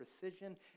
precision